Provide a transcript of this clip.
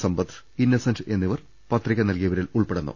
സമ്പത്ത് Innocent എന്നി വർ പത്രിക നൽകിയവരിൽ ഉൾപെടുന്നു